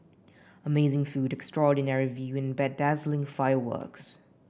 amazing food extraordinary view and bedazzling fireworks